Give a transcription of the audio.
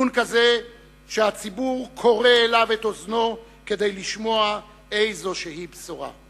כזה שהציבור כורה אליו את אוזנו כדי לשמוע איזושהי בשורה?